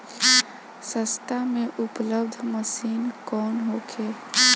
सस्ता में उपलब्ध मशीन कौन होखे?